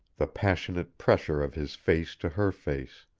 the passionate pressure of his face to her face,